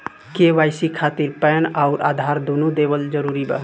KYC खातिर PAN आउर आधार दुनों देवल जरूरी बा?